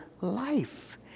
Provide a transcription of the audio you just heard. life